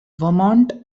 vermont